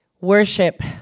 worship